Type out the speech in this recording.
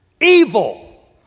evil